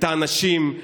את האנשים,